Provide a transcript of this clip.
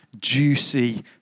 juicy